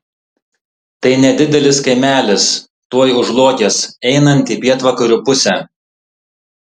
tai nedidelis kaimelis tuoj už luokės einant į pietvakarių pusę